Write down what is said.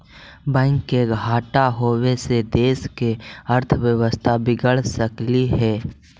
bank के घाटा होबे से देश के अर्थव्यवस्था बिगड़ सकलई हे